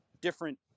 different